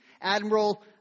Admiral